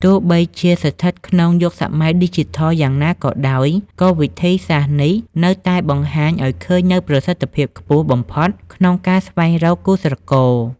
ទោះបីជាស្ថិតក្នុងយុគសម័យឌីជីថលយ៉ាងណាក៏ដោយ ក៏វិធីសាស្រ្តនេះនៅតែបង្ហាញឱ្យឃើញនូវប្រសិទ្ធភាពខ្ពស់បំផុតក្នុងការស្វែងរកគូស្រករ។